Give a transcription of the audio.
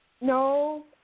No